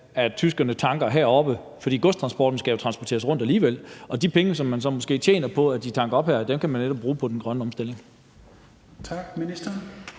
at tyskerne tanker heroppe? For godstransporten skal jo transporteres rundt alligevel, og de penge, som man så måske tjener på, at de tanker op her, kan man netop bruge på den grønne omstilling. Kl.